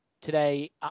today